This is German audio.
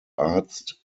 arzt